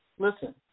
Listen